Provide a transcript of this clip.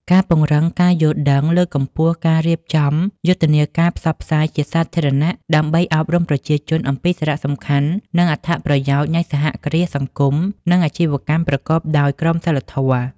ការពង្រឹងការយល់ដឹង លើកកម្ពស់ការរៀបចំយុទ្ធនាការផ្សព្វផ្សាយជាសាធារណៈ ដើម្បីអប់រំប្រជាជនអំពីសារៈសំខាន់ និងអត្ថប្រយោជន៍នៃសហគ្រាសសង្គម និងអាជីវកម្មប្រកបដោយក្រមសីលធម៌ ។